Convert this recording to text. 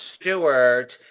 Stewart